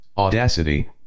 Audacity